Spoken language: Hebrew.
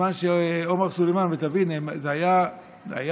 ובזמן שעומר סולימאן, ותבין, זה היה עדיין